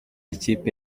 ikipe